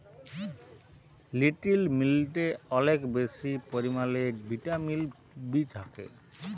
little millet অলেক বেশি পরিমালে ভিটামিল বি থ্যাকে